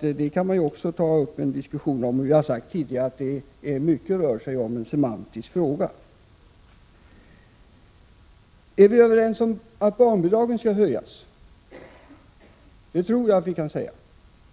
Det kan vi ta upp en diskussion om, men detär, som jag har sagt tidigare, i mycket en semantisk fråga. Är vi vidare överens om att barnbidragen skall höjas? Det tror jag också att vi är.